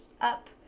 up